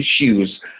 issues